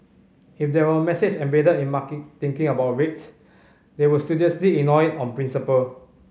if there were a message embedded in market thinking about rates they would studiously ignore on principle